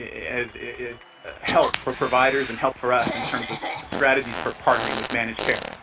as help for providers and help for us in terms of strategies for partnering with managed care.